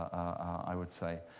i would say.